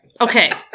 okay